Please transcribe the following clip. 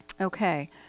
okay